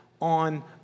on